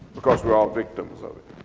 because we're all victims of it.